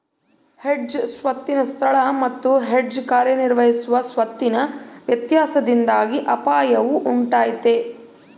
hedge ಸ್ವತ್ತಿನ ಸ್ಥಳ ಮತ್ತು ಹೆಡ್ಜ್ ಕಾರ್ಯನಿರ್ವಹಿಸುವ ಸ್ವತ್ತಿನ ವ್ಯತ್ಯಾಸದಿಂದಾಗಿ ಅಪಾಯವು ಉಂಟಾತೈತ